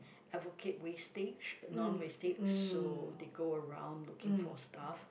advocate wastage non wastage so they go around looking for stuff